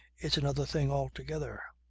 it's another thing altogether.